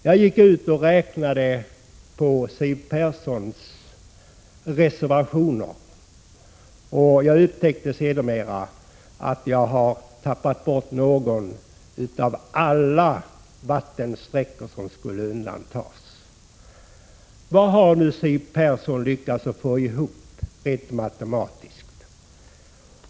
Jag gick ut och räknade på Siw Perssons reservationer, och jag upptäckte att jag har tappat bort någon av alla de vattensträckor som skulle undantas. Vad har nu Siw Persson lyckats få ihop rent matematiskt?